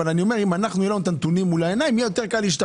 אבל אם נראה את הנתונים בעיניים יהיה לנו קל יותר להשתכנע.